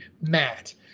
Matt